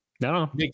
No